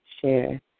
share